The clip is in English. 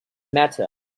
matter